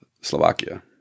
Slovakia